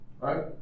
Right